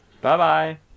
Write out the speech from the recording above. Bye-bye